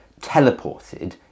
teleported